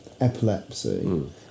epilepsy